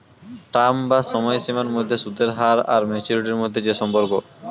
term বা সময়সীমার মধ্যে সুদের হার আর ম্যাচুরিটি মধ্যে যে সম্পর্ক